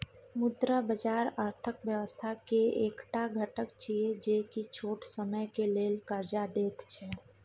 मुद्रा बाजार अर्थक व्यवस्था के एक टा घटक छिये जे की छोट समय के लेल कर्जा देत छै